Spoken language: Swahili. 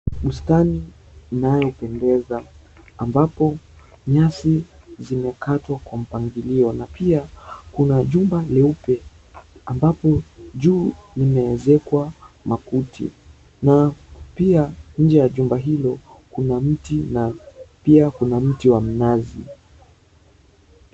Bustani inayopendeza ambapo nyasi zimekatwa kwa mpangilio. Na pia kuna jumba leupe ambapo juu limeezekwa makuti. Na pia nje ya jumba hilo kuna mti, na pia kuna mti wa mnazi.